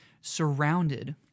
surrounded